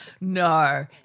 no